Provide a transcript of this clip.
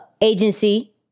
agency